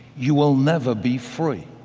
you will never be free.